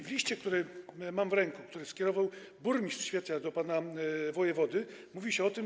W liście, który mam w ręku, który skierował burmistrz Świecia do pana wojewody, mówi się o tym.